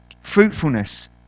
fruitfulness